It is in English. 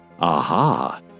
aha